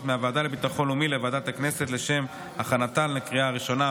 מהוועדה לביטחון לאומי לוועדת הכנסת לשם הכנתן לקריאה הראשונה.